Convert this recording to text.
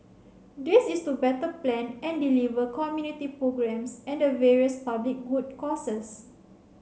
this is to better plan and deliver community programmes and the various public good causes